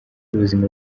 ubuzima